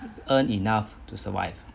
earn enough to survive